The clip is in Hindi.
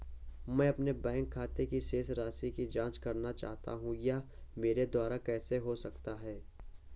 मैं अपने बैंक खाते की शेष राशि की जाँच करना चाहता हूँ यह मेरे द्वारा कैसे हो सकता है?